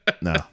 No